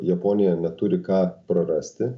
japonija neturi ką prarasti